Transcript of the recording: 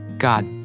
God